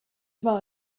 war